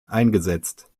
eingesetzt